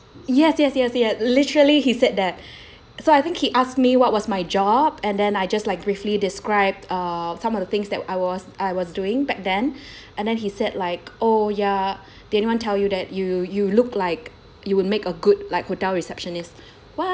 yes yes yes he had literally he said that so I think he asked me what was my job and then I just like briefly described uh some of the things that I was I was doing back then and then he said like oh ya did anyone tell you that you you look like you would make a good like hotel receptionist